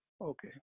okay